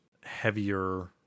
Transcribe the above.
heavier